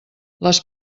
les